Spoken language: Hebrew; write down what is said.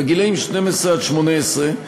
בגיל 12 18,